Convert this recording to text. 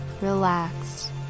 relaxed